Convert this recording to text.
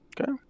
Okay